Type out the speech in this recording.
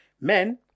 Men